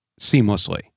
seamlessly